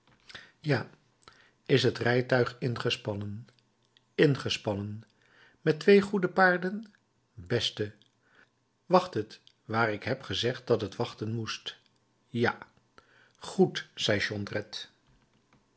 ja is het rijtuig ingespannen ingespannen met twee goede paarden beste wacht het waar ik heb gezegd dat het wachten moest ja goed zei